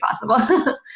possible